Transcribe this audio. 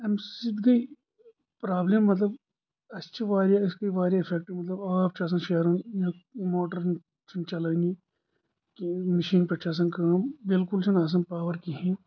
امہِ سۭتۍ گٔے پرٛابلِم مَطلَب اسہِ چھ واریاہ أسۍ گٔے واریاہ اِفیٚکٹہٕ مطلَب آب چُھ آسان شیرُن موٹَر چُھنہٕ چَلٲنی مِشیٖن پٮ۪ٹھ چھِ آسان کٲم بِلکُل چھنہٕ اسان پاوَر کِہیٖنۍ